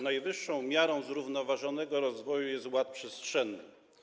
Najlepszą miarą zrównoważonego rozwoju jest ład przestrzenny.